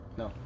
no